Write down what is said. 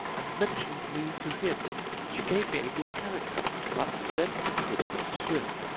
and mentioned me to him she gave me a good character, but said i could not swim.